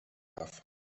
darf